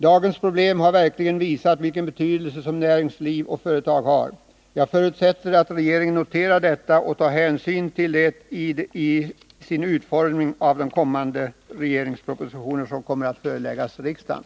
Dagens problem har verkligen visat vilken betydelse näringsliv och företag har. Jag förutsätter att regeringen noterar detta och beaktar det vid utformningen av de propositioner som kommer att föreläggas riksdagen.